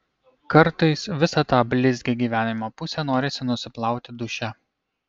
kartais visą tą blizgią gyvenimo pusę norisi nusiplauti duše